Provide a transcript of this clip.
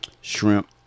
shrimp